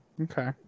Okay